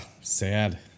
sad